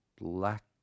black